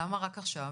למה רק עכשיו?